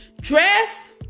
Dress